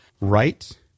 right